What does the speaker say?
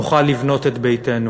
נוכל לבנות את ביתנו.